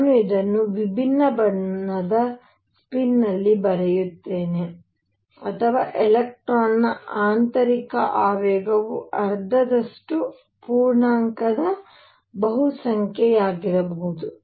ನಾನು ಇದನ್ನು ವಿಭಿನ್ನ ಬಣ್ಣದ ಸ್ಪಿನ್ನಲ್ಲಿ ಬರೆಯುತ್ತೇನೆ ಅಥವಾ ಎಲೆಕ್ಟ್ರಾನ್ನ ಆಂತರಿಕ ಆವೇಗವು ಅರ್ಧದಷ್ಟು ಪೂರ್ಣಾಂಕದ ಬಹುಸಂಖ್ಯೆಯಾಗಿರಬಹುದು